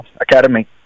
academy